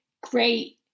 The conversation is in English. great